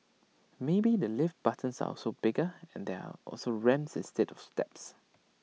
maybe the lift buttons are also bigger and there are also ramps instead of steps